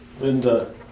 Linda